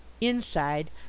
INSIDE